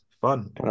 fun